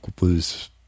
lose